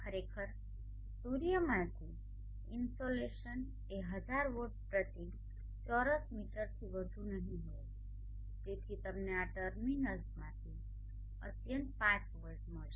ખરેખર સૂર્યમાંથી ઇન્સોલેશન એ 1000 વોટ પ્રતિ ચોરસ મીટરથી વધુ નહીં હોય તેથી તમને આ ટર્મિનલ્સમાંથી અત્યંત 5 વોલ્ટ મળશે